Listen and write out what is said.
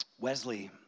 Wesley